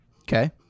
Okay